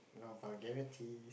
no vulgarities